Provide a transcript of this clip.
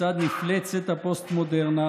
כיצד מפלצת הפוסט-מודרנה,